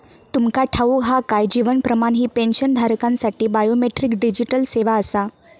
तुमका ठाऊक हा काय? जीवन प्रमाण ही पेन्शनधारकांसाठी बायोमेट्रिक डिजिटल सेवा आसा